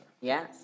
Yes